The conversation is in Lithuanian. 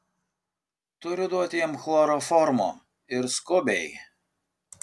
turiu duoti jam chloroformo ir skubiai